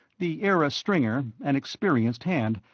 the era stringer, an experienced hand,